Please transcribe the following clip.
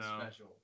special